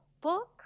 book